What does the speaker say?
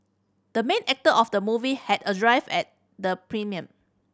the main actor of the movie had arrived at the premiere